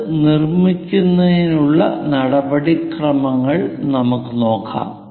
അത് നിര്മിക്കുന്നതിനുള്ള നടപടിക്രമങ്ങൾ നമുക്ക് നോക്കാം